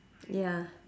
ya